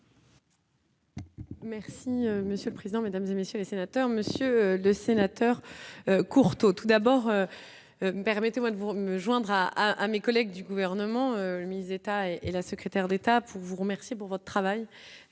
Merci monsieur le président, Mesdames et messieurs les sénateurs, monsieur le sénateur. Courteau tout d'abord, permettez-moi de vous me joindre à à à mes collègues du gouvernement mise état et et la secrétaire d'État pour vous remercier pour votre travail